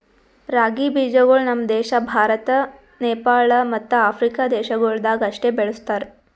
ರಾಗಿ ಬೀಜಗೊಳ್ ನಮ್ ದೇಶ ಭಾರತ, ನೇಪಾಳ ಮತ್ತ ಆಫ್ರಿಕಾ ದೇಶಗೊಳ್ದಾಗ್ ಅಷ್ಟೆ ಬೆಳುಸ್ತಾರ್